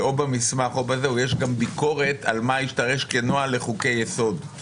שאו במסמך או בזה יש גם ביקורת על מה השתרש כנוהל לחוקי יסוד.